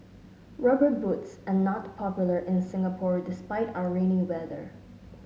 rubber boots are not popular in Singapore despite our rainy weather